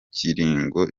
kiringo